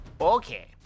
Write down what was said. Okay